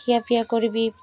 ଖିଆପିଆ କରିବି